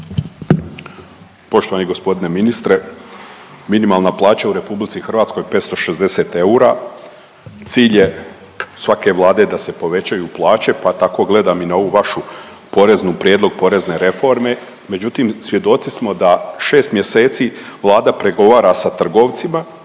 Poštovani gospodine ministre, minimalna plaća u RH je 560 eura, cilj je svake vlade da se povećaju plaće pa tako gledam i na ovu vašu poreznu, prijedlog porezne reforme. Međutim, svjedoci smo da 6 mjeseci Vlada pregovara sa trgovcima